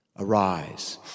Arise